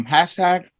Hashtag